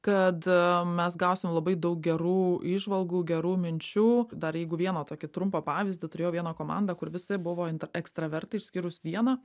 kad mes gausim labai daug gerų įžvalgų gerų minčių dar jeigu vieną tokį trumpą pavyzdį turėjau vieną komandą kur visi buvo intr ekstravertai išskyrus vieną